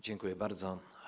Dziękuję bardzo.